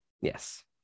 Yes